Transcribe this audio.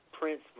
Prince